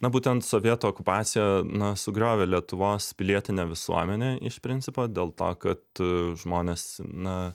na būtent sovietų okupacija na sugriovė lietuvos pilietinę visuomenę iš principo dėl to kad žmonės na